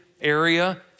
area